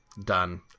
done